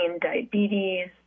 diabetes